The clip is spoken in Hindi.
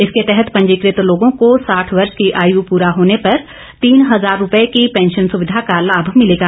इसके तहत पंजीकृत लोगों को सांठ वर्ष की आयू पूरा होने पर तीन हजार रुपए की पैंशन सुविधा का लाभ मिलेगा